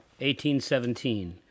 1817